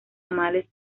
ramales